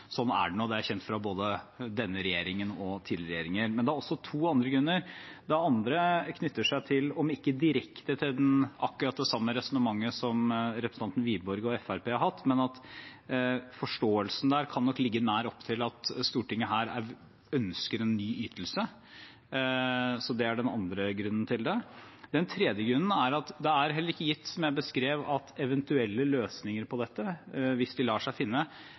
både denne og tidligere regjeringer. Det er også to andre grunner. Den neste knytter seg, om ikke direkte til akkurat det samme resonnementet som representanten Wiborg og Fremskrittspartiet har hatt, så til at forståelsen nok kan ligge nær opptil at Stortinget her ønsker en ny ytelse. Det er den andre grunnen. Den tredje grunnen er at det, som jeg beskrev, heller ikke er gitt at eventuelle løsninger på dette, hvis de lar seg finne,